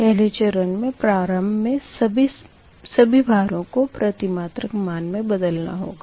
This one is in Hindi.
पहले चरण के प्रारम्भ मे सभी भारों को प्रतिमात्रक मान मे बदलना होगा